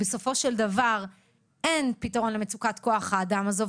בסופו של דבר אין פתרון למצוקת כוח האדם הזו,